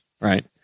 Right